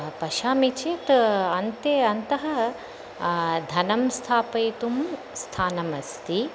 पश्यामि चेत् अन्ते अन्ते धनं स्थापयितुं स्थानमस्ति